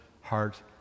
heart